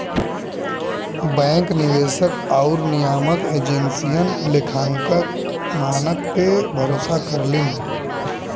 bank निवेशक आउर नियामक एजेंसियन लेखांकन मानक पे भरोसा करलीन